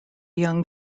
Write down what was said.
young